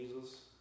Jesus